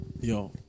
Yo